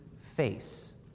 face